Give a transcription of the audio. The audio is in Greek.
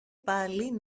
πάλι